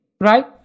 right